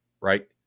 right